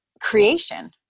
creation